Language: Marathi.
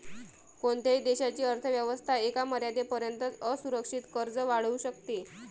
कोणत्याही देशाची अर्थ व्यवस्था एका मर्यादेपर्यंतच असुरक्षित कर्ज वाढवू शकते